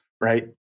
right